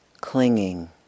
clinging